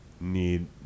need –